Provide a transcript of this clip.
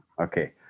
Okay